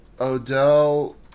odell